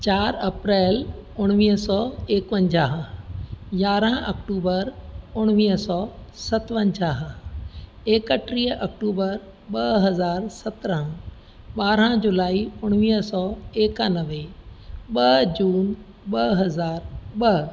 चारि अप्रैल उणिवीह सौ एकवंजाहु यारहं अक्टूबर उणिवीह सौ सतवंजाहु एकटीह अक्टूबर ॿ हज़ार सत्रहं ॿारहं जुलाई उणिवीह सौ एकानवे ॿ जून ॿ हज़ार ॿ